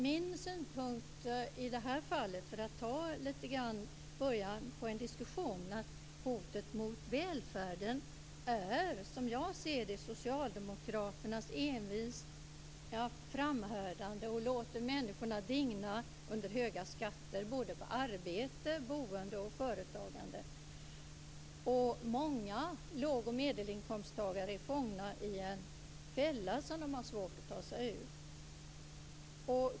Min synpunkt i det här fallet, för att börja på en diskussion, är att hotet mot välfärden är socialdemokraternas envisa framhärdande i att låta människorna digna under höga skatter på såväl arbete och boende som företagande. Många låg och medelinkomsttagare är fångade i en fälla, som de har svårt att ta sig ur.